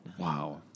Wow